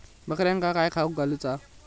बकऱ्यांका काय खावक घालूचा?